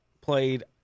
played